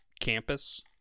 campus